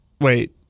wait